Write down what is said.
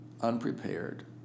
unprepared